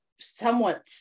somewhat